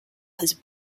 his